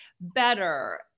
better